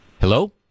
Hello